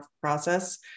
process